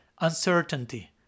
uncertainty